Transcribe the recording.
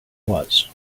was